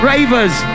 Ravers